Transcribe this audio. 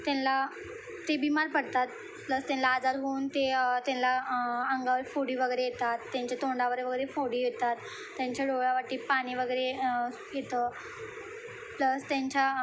त्यांना ते बीमार पडतात प्लस त्यांना आजार होऊन ते त्यांना अंगावर फोडी वगैरे येतात त्यांच्या तोंडावर वगैरे फोडी येतात त्यांच्या डोळ्यावाटी पाणी वगैरे येतं प्लस त्यांच्या